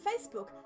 Facebook